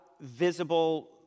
visible